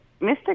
Mr